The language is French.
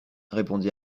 répondit